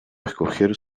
escoger